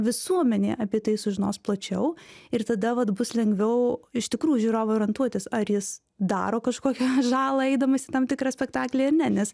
visuomenė apie tai sužinos plačiau ir tada vat bus lengviau iš tikrųjų žiūrovui orientuotis ar jis daro kažkokią žalą eidamas į tam tikrą spektaklį ar ne nes